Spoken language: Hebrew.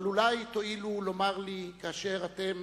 אבל אולי תואילו לומר לי כאשר אתם